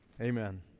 Amen